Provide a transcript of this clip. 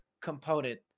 component